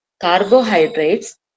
carbohydrates